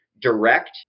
direct